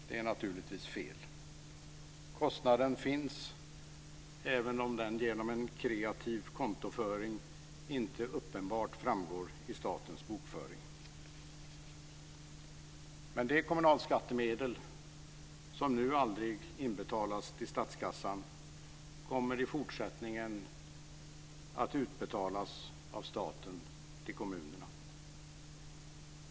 Det är naturligtvis fel. Kostnaden finns, även om den - genom en kreativ kontoföring - inte uppenbart framgår i statens bokföring. Men de kommunalskattemedel som nu aldrig inbetalas till statskassan kommer i fortsättningen att utbetalas av staten till kommunerna.